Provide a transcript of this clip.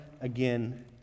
again